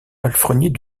palefreniers